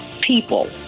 people